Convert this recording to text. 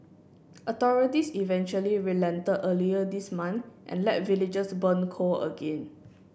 authorities eventually relented earlier this month and let villagers burn coal again